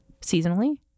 seasonally